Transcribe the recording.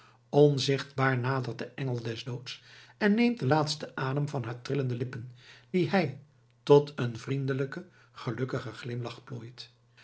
onzichtbaar nadert de engel des doods en neemt den laatsten adem van haar trillende lippen die hij tot een vriendelijken gelukkigen glimlach plooit